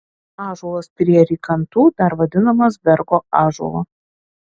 ąžuolas prie rykantų dar vadinamas bergo ąžuolu